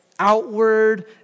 outward